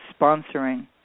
sponsoring